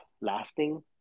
lasting